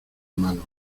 manos